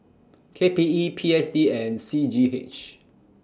K P E P S D and C G H